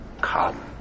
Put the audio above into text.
come